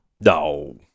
no